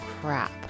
crap